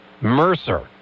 Mercer